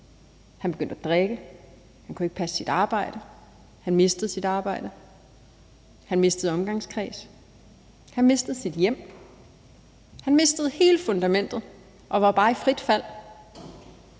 han begyndte at drikke; han kunne ikke passe sit arbejde. Han mistede sit arbejde, han mistede omgangskreds, han mistede sit hjem, han mistede hele fundamentet og var bare i frit fald,